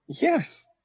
Yes